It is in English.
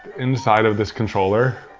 inside of this controller,